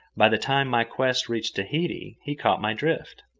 by the time my quest reached tahiti, he caught my drift.